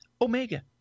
Omega